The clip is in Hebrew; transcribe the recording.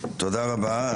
תודה רבה.